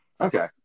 Okay